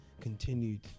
continued